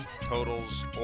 totals